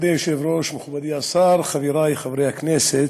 כבוד היושב-ראש, מכובדי השר, חברי חברי הכנסת,